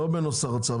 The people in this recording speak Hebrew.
לא בנוסח הצו,